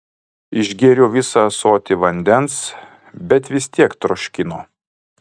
išgėriau visą ąsotį vandens bet vis tiek troškino